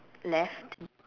left